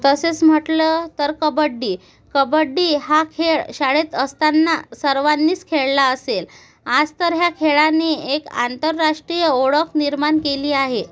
तसेच म्हटलं तर कब्बडी कब्बडी हा खेळ शाळेत असताना सर्वानीच खेळला असेल आज तर ह्या खेळाने एक आंतरराष्ट्रीय ओळख निर्माण केली आहे